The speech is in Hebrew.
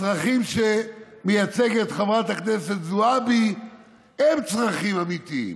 הצרכים שמייצגת חברת הכנסת זועבי הם צרכים אמיתיים.